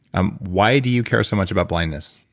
ah why do you care so much about blindness?